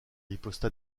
riposta